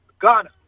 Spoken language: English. Ghana